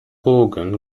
organ